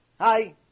Hi